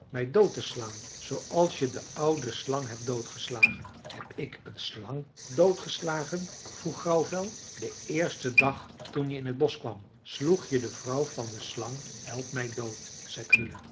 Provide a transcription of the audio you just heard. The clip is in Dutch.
mij dood te slaan zooals je de oude slang hebt doodgeslagen heb ik een slang doodgeslagen vroeg grauwvel de eerste dag toen je in t bosch kwam sloeg je de vrouw van de slang helpmij dood